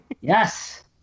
Yes